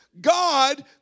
God